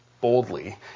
boldly